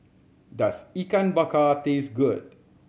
does Ikan Bakar taste good